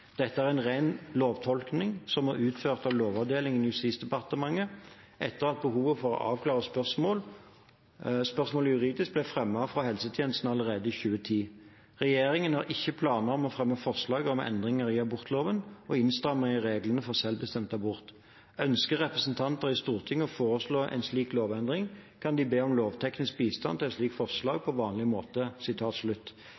Dette er en ren lovtolkning som er utført av lovavdelingen i Justisdepartementet etter at behovet for å avklare spørsmålet juridisk ble fremmet fra helsetjenesten allerede i 2010. Regjeringen har ikke planer om å fremme forslag om endring i abortloven og innstramminger i reglene for selvbestemt abort. Ønsker representanter i Stortinget å foreslå en slik lovendring, kan en be om lovteknisk bistand til et slik forslag